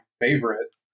favorite